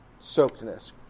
soakedness